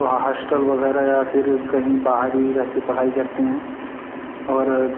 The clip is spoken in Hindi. हॉस्टल वगैरह या फ़िर कहीं बाहर ही रहकर पढ़ाई करते हैं और